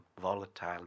volatile